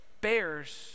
bears